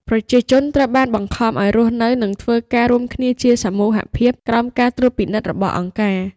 ប្រជាជនត្រូវបានបង្ខំឱ្យរស់នៅ និងធ្វើការរួមគ្នាជាសមូហភាពក្រោមការត្រួតពិនិត្យរបស់ "អង្គការ"។